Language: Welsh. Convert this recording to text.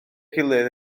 gilydd